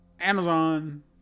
Amazon